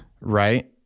Right